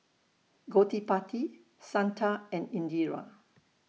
Gottipati Santha and Indira